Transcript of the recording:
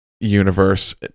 universe